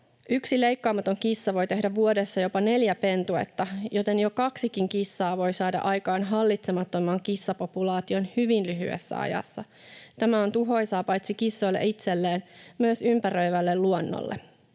Yksi leikkaamaton kissa voi tehdä vuodessa jopa neljä pentuetta, joten jo kaksikin kissaa voi saada aikaan hallitsemattoman kissapopulaation hyvin lyhyessä ajassa. Tämä on tuhoisaa paitsi kissoille itselleen myös ympäröivälle luonnolle.